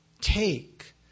take